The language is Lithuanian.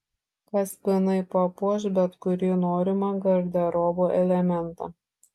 kaspinai papuoš bet kurį norimą garderobo elementą